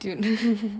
goodness